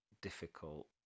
difficult